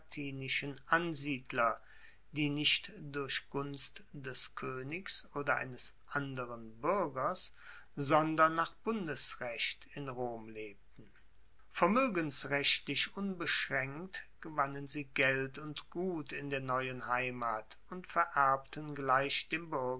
latinischen ansiedler die nicht durch gunst des koenigs oder eines anderen buergers sondern nach bundesrecht in rom lebten vermoegensrechtlich unbeschraenkt gewannen sie geld und gut in der neuen heimat und vererbten gleich dem